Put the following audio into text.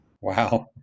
Wow